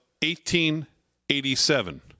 1887